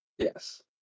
Yes